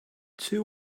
two